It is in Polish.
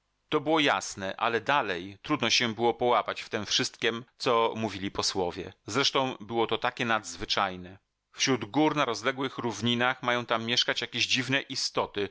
to było jasne ale dalej trudno się było połapać w tem wszystkiem co mówili posłowie zresztą było to takie nadzwyczajne wśród gór na rozległych równinach mają tam mieszkać jakieś dziwne istoty